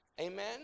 Amen